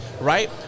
right